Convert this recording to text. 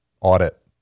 audit